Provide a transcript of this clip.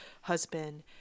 husband